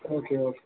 okay okay